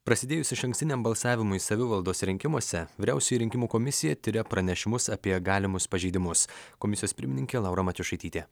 prasidėjus išankstiniam balsavimui savivaldos rinkimuose vyriausioji rinkimų komisija tiria pranešimus apie galimus pažeidimus komisijos pirmininkė laura matjošaitytė